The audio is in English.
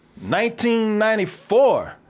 1994